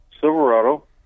Silverado